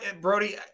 brody